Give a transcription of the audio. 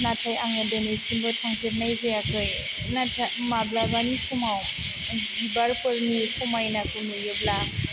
नाथाय आङो दिनैसिमबो थांफेरनाय जायाखै नाथाय माब्लाबानि समाव बिबारफोरनि समायनाखौ नुयोब्ला